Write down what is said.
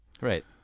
Right